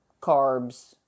carbs